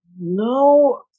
no